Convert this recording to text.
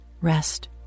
rest